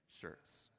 shirts